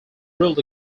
ruled